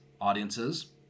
audiences